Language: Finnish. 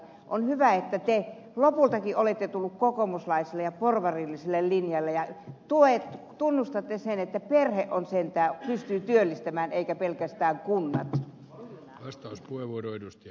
on hyvä että te lopultakin olette tulleet kokoomuslaiselle ja porvarilliselle linjalle ja tunnustatte sen että myös perhe pystyy työllistämään eivätkä pelkästään kunnat